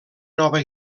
nova